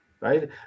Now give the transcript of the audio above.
right